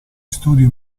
studio